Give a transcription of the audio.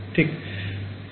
ছাত্র ছাত্রীঃ ঠিক